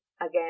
again